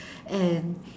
and